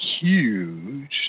huge